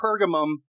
Pergamum